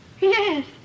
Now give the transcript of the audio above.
Yes